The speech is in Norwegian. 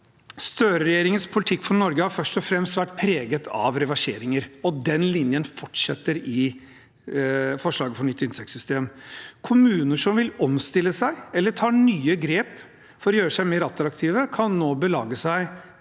Støre-regjeringens politikk for Norge har først og fremst vært preget av reverseringer, og den linjen fortsetter i forslag til nytt inntektssystem. Kommuner som vil omstille seg eller tar nye grep for å gjøre seg mer attraktive, kan nå belage seg